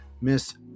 miss